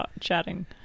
chatting